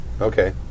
Okay